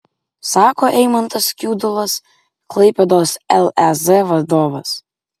sako eimantas kiudulas klaipėdos lez vadovas